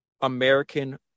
American